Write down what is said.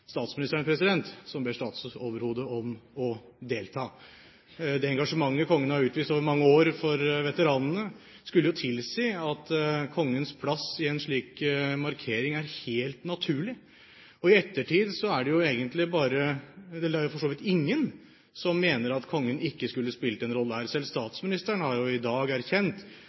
statsministeren som ber statsoverhodet om å delta. Det engasjementet kongen har utvist over mange år for veteranene, skulle jo tilsi at kongens plass i en slik markering er helt naturlig – og det er vel ingen som mener at kongen ikke skulle spilt en rolle her. Selv statsministeren har jo i dag erkjent